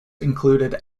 included